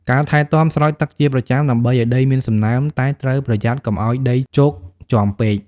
ការថែទាំ ស្រោចទឹកជាប្រចាំ ដើម្បីឱ្យដីមានសំណើម តែត្រូវប្រយ័ត្នកុំឲ្យដីជោកជាំពេក។